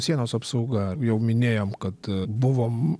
sienos apsauga jau minėjom kad buvo